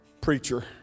preacher